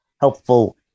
helpful